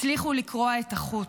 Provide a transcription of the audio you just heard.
הצליחו לקרוע את החוט.